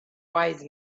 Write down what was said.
wise